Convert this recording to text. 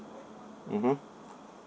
mmhmm